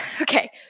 Okay